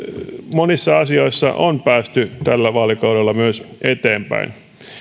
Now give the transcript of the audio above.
monissa asioissa on päästy tällä vaalikaudella myös eteenpäin